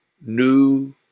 new